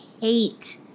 hate